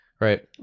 Right